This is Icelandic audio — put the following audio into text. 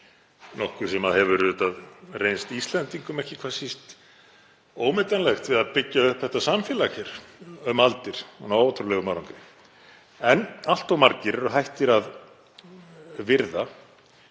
nokkuð sem hefur reynst Íslendingum, ekki hvað síst, ómetanlegt við að byggja upp samfélag hér um aldir og ná ótrúlegum árangri. Allt of margir eru hættir að virða